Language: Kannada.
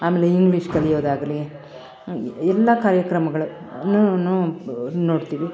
ಆಮೇಲೆ ಇಂಗ್ಲೀಷ್ ಕಲಿಯೋದಾಗಲಿ ಎಲ್ಲ ಕಾರ್ಯಕ್ರಮಗಳುನೂ ನೋಡ್ತೀವಿ